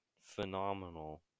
phenomenal